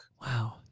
Wow